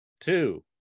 two